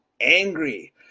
angry